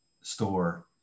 store